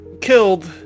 killed